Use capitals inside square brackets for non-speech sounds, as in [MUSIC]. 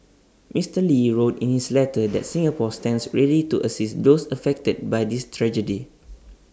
Mister lee wrote in his letter that [NOISE] Singapore stands ready to assist those affected by this tragedy